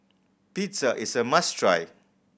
pizza is a must try